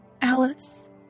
Alice